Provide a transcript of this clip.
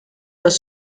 los